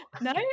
No